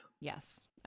Yes